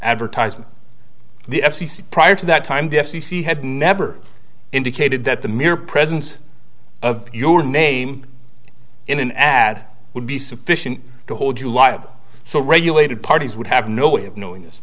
advertising the f c c prior to that time the f c c had never indicated that the mere presence of your name in an ad would be sufficient to hold you liable so regulated parties would have no way of knowing this